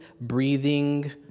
breathing